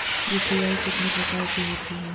UPI कितने प्रकार की होती हैं?